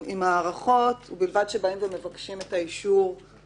אחת, לומר שבמקרה הזה אין צורך בחקירה.